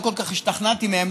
לא כל כך השתכנעתי מהם.